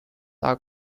are